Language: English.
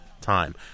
time